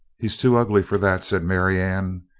he's too ugly for that, said marianne,